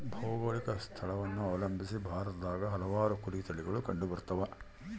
ಭೌಗೋಳಿಕ ಸ್ಥಳವನ್ನು ಅವಲಂಬಿಸಿ ಭಾರತದಾಗ ಹಲವಾರು ಕುರಿ ತಳಿಗಳು ಕಂಡುಬರ್ತವ